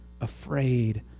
afraid